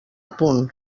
punt